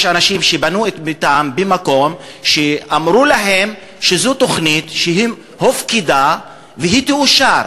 יש אנשים שבנו את ביתם במקום שאמרו להם שזו תוכנית שהופקדה והיא תאושר,